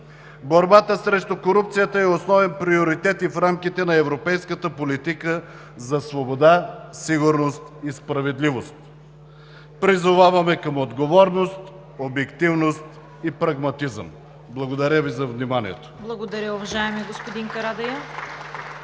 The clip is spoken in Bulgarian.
Борбата срещу корупцията е основен приоритет и в рамките на европейската политика за свобода, сигурност и справедливост. Призоваваме към отговорност, обективност и прагматизъм. Благодаря Ви за вниманието. (Ръкопляскания от ДПС.)